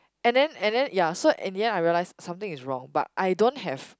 and then and then ya so in the end I realise something is wrong but I don't have